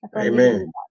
Amen